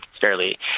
fairly